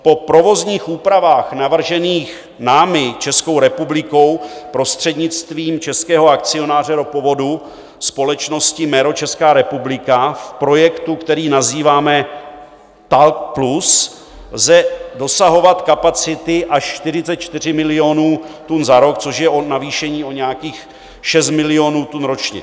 Po provozních úpravách navržených námi, Českou republikou, prostřednictvím českého akcionáře ropovodu, společností MERO Česká republika, v projektu, který nazýváme TAL+, lze dosahovat kapacity až 44 milionů tun za rok, což je navýšení o nějakých 6 milionů tun ročně.